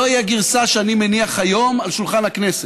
זוהי הגרסה שאני מניח היום על שולחן הכנסת,